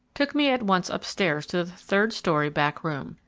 took me at once up stairs to the third story back room.